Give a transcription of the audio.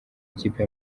ikipe